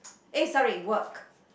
eh sorry work